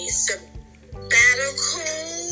sabbatical